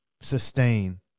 sustain